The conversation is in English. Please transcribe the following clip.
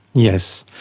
yes.